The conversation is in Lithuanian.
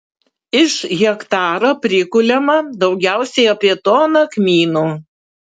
iš hektaro prikuliama daugiausiai apie toną kmynų